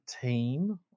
team